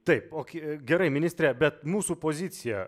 taip gerai ministre bet mūsų pozicija